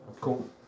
Cool